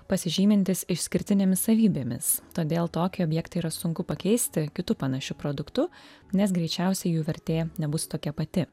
pasižymintys išskirtinėmis savybėmis todėl tokį objektą yra sunku pakeisti kitu panašiu produktu nes greičiausiai jų vertė nebus tokia pati